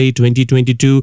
2022